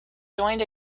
joined